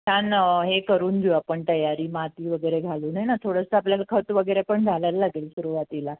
छान हे करून घऊ आपण तयारी माती वगैरे घालून आहेना थोडंसं आपल्याला खत वगैरे पण घायला लागेल सुरुवातीला